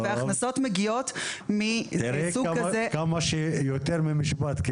והכנסות מגיעות מסוג כזה --- תראי שקיבלת יותר ממשפט.